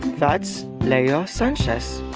that's leo sanchez.